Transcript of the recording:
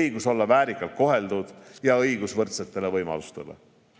õigus olla väärikalt koheldud ja õigus võrdsetele võimalustele. Hea